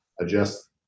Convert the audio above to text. adjust